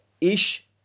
ish